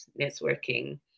networking